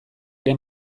ere